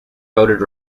voted